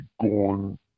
gone